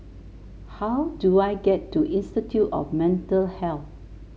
how do I get to Institute of Mental Health